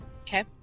Okay